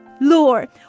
Lord